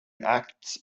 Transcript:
acts